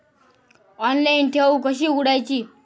Online ठेव कशी उघडायची?